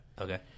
Okay